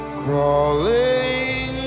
crawling